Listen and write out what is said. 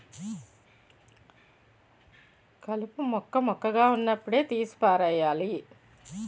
కలుపు మొక్క మొక్కగా వున్నప్పుడే తీసి పారెయ్యాలి